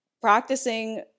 practicing